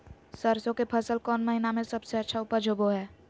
सरसों के फसल कौन महीना में सबसे अच्छा उपज होबो हय?